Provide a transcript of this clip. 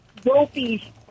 dopey